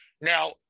now